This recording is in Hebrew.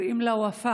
קוראים לה ופאא,